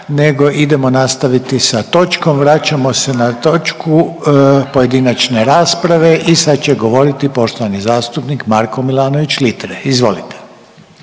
idemo nastaviti sa točkom. Vraćamo se na točku pojedinačne rasprave i sad će govoriti poštovani zastupnik Marko Milanović Litre, izvolite.